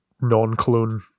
non-clone